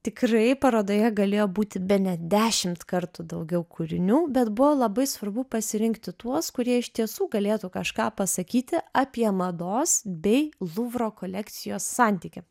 tikrai parodoje galėjo būti bene dešimt kartų daugiau kūrinių bet buvo labai svarbu pasirinkti tuos kurie iš tiesų galėtų kažką pasakyti apie mados bei luvro kolekcijos santykį